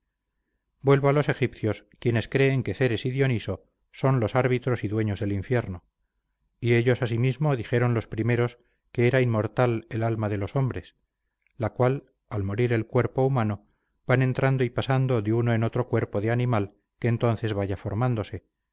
vuelvo a los egipcios quienes creen que céres y dioniso son los árbitros y dueños del infierno y ellos asimismo dijeron los primeros que era inmortal el alma de los hombres la cual al morir el cuerpo humano va entrando y pasando de uno en otro cuerpo de animal que entonces vaya formándose